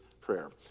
prayer